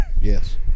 Yes